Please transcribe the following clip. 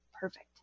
perfect